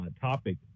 topic